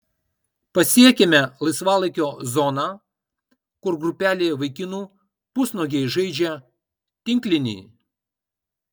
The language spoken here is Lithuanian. pasiekiame laisvalaikio zoną kur grupelė vaikinų pusnuogiai žaidžia tinklinį